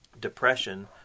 depression